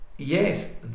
Yes